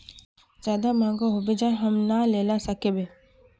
ज्यादा महंगा होबे जाए हम ना लेला सकेबे?